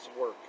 work